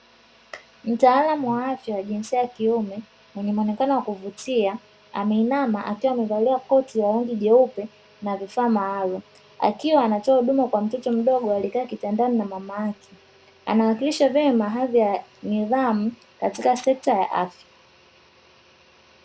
Mtaalamu wa afya wa jinsia ya kiume mwenye muonekano wakuvutia ameinama akiwa amevalia koti la rangi jeupe na vifaa maalumu akiwa anatoa huduma kwa mtoto mdogo aliekaa kitandani na mama yake. Anawakilisha vyema hadhi ya nidhamu katika sekta ya afya.